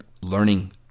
learning